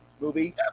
movie